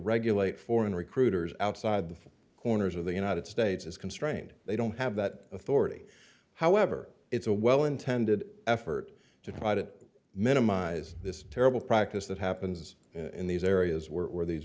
regulate foreign recruiters outside the corners of the united states is constrained they don't have that authority however it's a well intended effort to try to minimize this terrible practice that happens in these areas were these